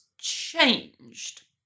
changed